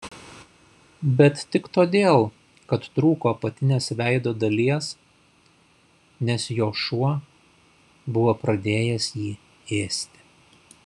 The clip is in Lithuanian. bet tik todėl kad trūko apatinės veido dalies nes jo šuo buvo pradėjęs jį ėsti